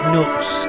Nooks